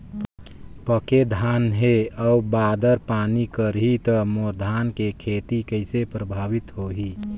पके धान हे अउ बादर पानी करही त मोर धान के खेती कइसे प्रभावित होही?